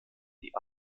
die